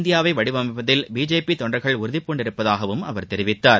இந்தியாவைவடிவமைப்பதில் பிஜேபிதொண்டர்கள் புதிய உறுதிபூண்டுள்ளதாகவும் அவர் தெரிவித்தார்